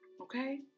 Okay